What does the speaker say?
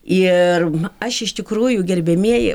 ir aš iš tikrųjų gerbiamieji